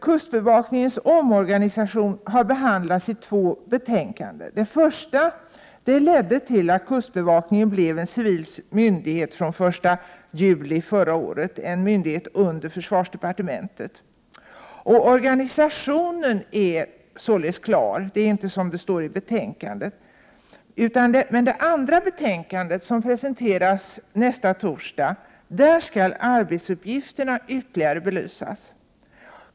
Kustbevakningens omorganisation har behandlats i två betänkanden. Det första betänkandet ledde till att kustbevakningen blev en civil myndighet från den 1 juli förra året, en myndighet under försvarsdepartementet. Organisationen är således klar. Det är inte som det står i betänkandet. I det andra betänkandet, som presenteras nästa torsdag, skall arbetsuppgifterna belysas ytterligare.